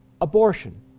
ABORTION